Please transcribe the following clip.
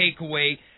takeaway